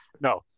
No